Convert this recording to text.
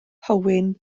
hywyn